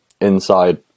inside